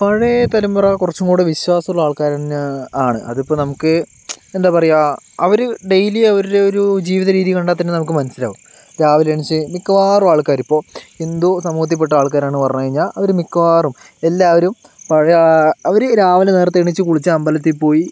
പഴയ തലമുറ കുറച്ചും കൂടി വിശ്വാസം ഉള്ള ആൾക്കാർ തന്നെ ആണ് അതിപ്പോൾ നമ്മൾക്ക് എന്താ പറയുക അവർ ഡെയിലി അവരുടെ ഒരു ജീവിത രീതി കണ്ടാൽത്തന്നെ നമുക്ക് മനസിലാകും രാവിലെ എണീച്ച് മിക്കവാറും ആൾക്കാർ ഇപ്പോൾ ഹിന്ദു സമൂഹത്തിൽപ്പെട്ട ആൾക്കാരാണെന്ന് പറഞ്ഞു കഴിഞ്ഞാൽ അവർ മിക്കവാറും എല്ലാവരും പഴയ അവർ രാവിലെ നേരത്തെ എണീച്ച് കുളിച്ച് അമ്പലത്തിൽ പോയി